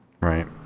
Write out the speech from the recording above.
Right